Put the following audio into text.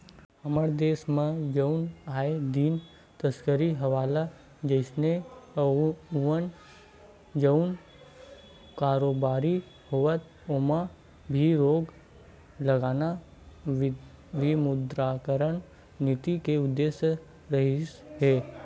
हमर देस म जउन आए दिन तस्करी हवाला जइसे जउन कारोबारी होथे ओमा भी रोक लगाना विमुद्रीकरन नीति के उद्देश्य रिहिस हे